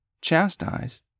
chastised